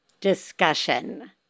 discussion